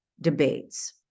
debates